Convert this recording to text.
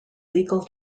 legal